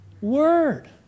word